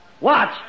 Watch